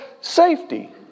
safety